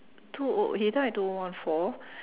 two O he died in two O one four